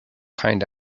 kind